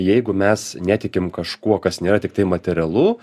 jeigu mes netikim kažkuo kas nėra tiktai materialu